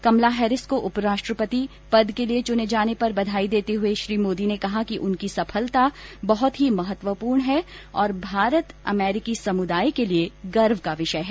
कमला Harris को उपराष्ट्रपति पद के लिए चुने जाने पर बधाई देते हुए श्री मोदी ने कहा कि उनकी सफलता बहुत ही महत्वपूर्ण है और भारत अमेरिकी समुदाय के लिए गर्व का विषय है